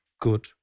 good